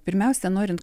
pirmiausia norint